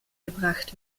gebracht